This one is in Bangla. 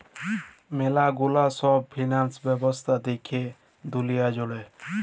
ম্যালা গুলা সব ফিন্যান্স ব্যবস্থা দ্যাখে দুলিয়া জুড়ে